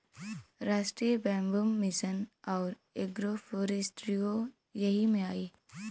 राष्ट्रीय bamboo mission आउर agro फ़ोरेस्ट्रीओ यही में आई